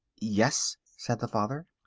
yes, said the father.